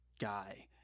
guy